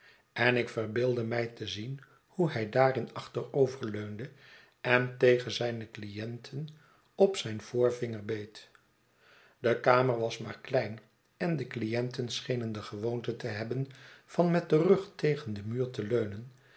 en ik verbeeldde mij te zien hoe hij daarin achteroverleunde en tegen zijne clienten op zijn voorvinger beet de kamer was maar klein en de clienten schenen de gewoonte te hebben van met den rug tegen den muur te leimen